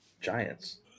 Giants